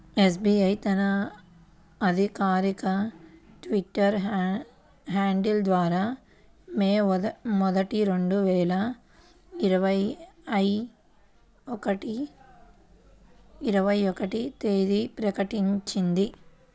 SBI తన అధికారిక Twitter handle ద్వారా మే మొదటి, రెండు వేల ఇరవై ఒక్క తేదీన ప్రకటించింది